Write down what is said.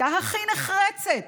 שהייתה הכי נחרצת